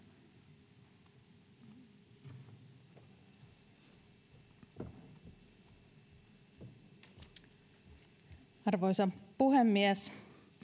arvoisa puhemies